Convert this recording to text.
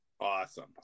Awesome